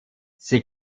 sie